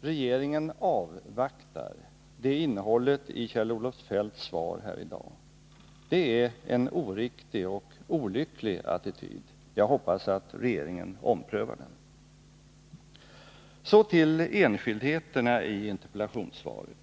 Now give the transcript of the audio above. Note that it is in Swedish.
Regeringen avvaktar, det är innehållet i Kjell-Olof Feldts svar här i dag. Det är en oriktig och olycklig attityd. Jag hoppas att regeringen omprövar den. Låt mig så gå över till enskildheterna i interpellationssvaret.